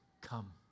Come